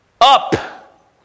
up